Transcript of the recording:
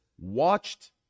watched